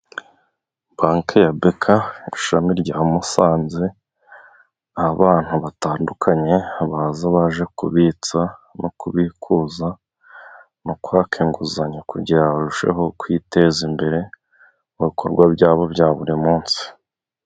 Bank ya BK ishami rya Musanze, aho abantu batandukanye baza baje kubitsa no kubikuza no kwaka inguzanyo, kugira ngo barusheho kwiteza imbere mu bikorwa byabo bya buri munsi.